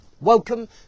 Welcome